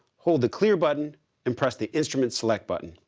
hold the clear button and press the instrument select button